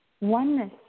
oneness